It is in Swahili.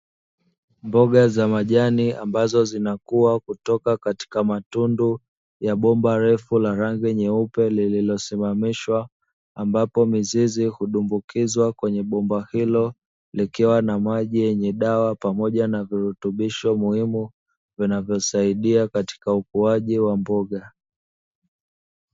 Mboga za majani ambazo zinakua kutoka katika matundu ya bomba refu la rangi nyeupe lililosimamishwa, ambapo mizizi hutumbukizwa kwenye bomba hilo, likiwa na maji yenye dawa pamoja na virutubisho muhimu, vinavyosaidia katika ukuaji wa mboga.